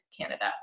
Canada